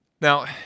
Now